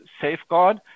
Safeguard